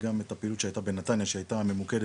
גם את הפעילות שהייתה בנתניה שהייתה ממוקדת,